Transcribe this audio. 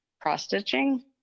cross-stitching